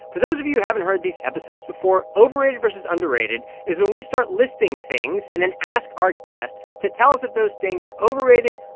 for those of you who haven't heard these episodes before, overrated versus underrated is when we start listing things and then ask our guest to tell us if those things are overrated,